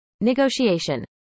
negotiation